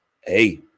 Hey